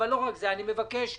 אבל לא רק זה, אני מבקש דוח,